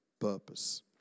purpose